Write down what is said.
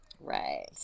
Right